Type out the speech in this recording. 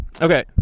Okay